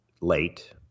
late